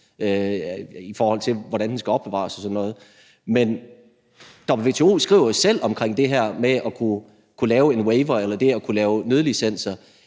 i forhold til hvordan den skal opbevares og sådan noget. WTO skriver selv om det her med at kunne lave en waiver eller det at kunne lave nødlicenser,